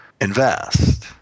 invest